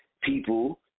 people